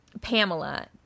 Pamela